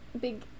big